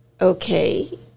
okay